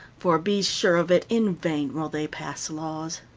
for, be sure of it, in vain will they pass laws.